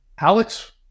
Alex